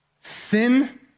Sin